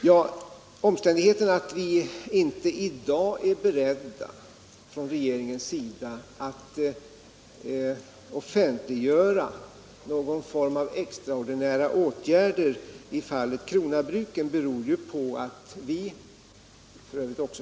Den omständigheten att regeringen i dag inte är beredd att offentliggöra någon form av extraordinära åtgärder i fallet Krona-Bruken beror på att vi — f.ö.